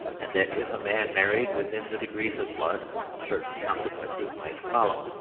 and that if a man married within the degrees of blood certain consequences might follow.